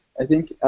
i think?